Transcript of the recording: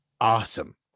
awesome